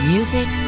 Music